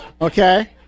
okay